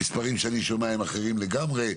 המספרים שאני שומע הם אחרים לגמרי,